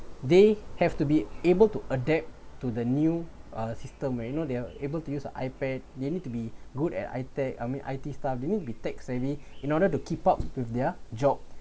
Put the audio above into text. they have to be able to adapt to the new uh system where you know they're able to use a iPad they need to be good at I tech I mean I_T stuff they need to be tech savvy in order to keep up to their job